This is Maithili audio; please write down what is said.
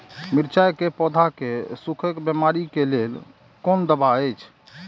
मिरचाई के पौधा के सुखक बिमारी के लेल कोन दवा अछि?